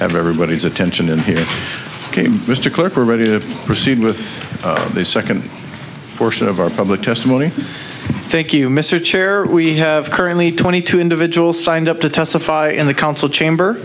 have everybody's attention and here came mr clarke are ready to proceed with the second portion of our public testimony thank you miss chair we have currently twenty two individuals signed up to testify in the council chamber